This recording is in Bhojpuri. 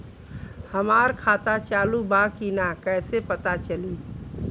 हमार खाता चालू बा कि ना कैसे पता चली?